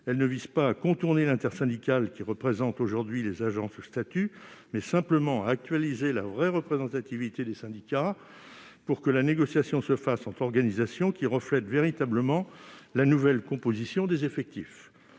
vise non pas à contourner l'intersyndicale qui représente aujourd'hui les agents sous statut, mais simplement à actualiser la véritable représentativité des syndicats afin que la négociation se fasse entre des organisations reflétant réellement la nouvelle composition des effectifs.